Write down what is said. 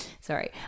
sorry